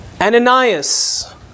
Ananias